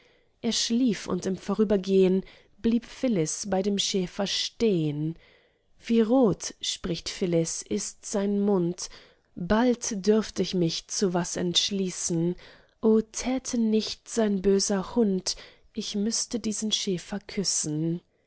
er schlief und im vorübergehn blieb phyllis bei dem schäfer stehn wie rot spricht phyllis ist sein mund bald dürft ich mich zu was entschließen o täte nicht sein böser hund ich müßte diesen schäfer küssen